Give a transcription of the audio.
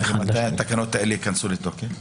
מתי התקנות האלה ייכנסו לתוקף?